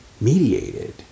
mediated